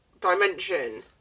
dimension